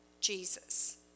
Jesus